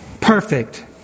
perfect